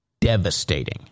devastating